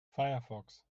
firefox